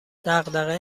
دغدغه